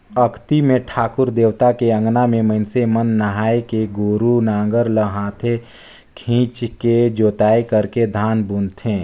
अक्ती मे ठाकुर देवता के अंगना में मइनसे मन नहायके गोरू नांगर ल हाथे खिंचके जोताई करके धान बुनथें